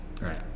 right